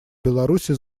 беларуси